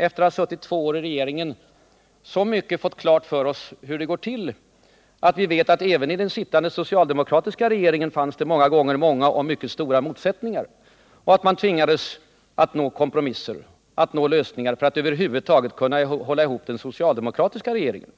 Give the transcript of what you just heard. Efter att ha suttit två år i kanslihuset har vi så mycket fått klart för oss hur det går till att vi vet att det även i den socialdemokratiska regeringen många gånger fanns mycket stora motsättningar och att man tvingades till kompromisser för att över huvud taget kunna hålla ihop den socialdemokratiska regeringen.